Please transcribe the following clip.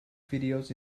videos